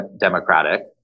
democratic